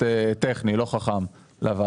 רוויזיה על הסתייגות מס' 50. מי בעד,